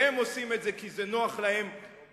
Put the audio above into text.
והם עושים את זה כי זה נוח להם פוליטית.